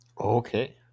Okay